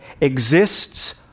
exists